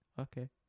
Okay